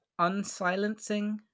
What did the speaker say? unsilencing